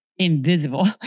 invisible